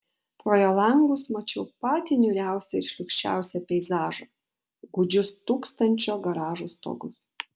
pro jo langus mačiau patį niūriausią ir šlykščiausią peizažą gūdžius tūkstančio garažų stogus